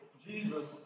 Jesus